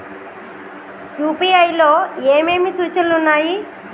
UPI లో ఏమేమి సూచనలు ఉన్నాయి?